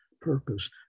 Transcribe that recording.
purpose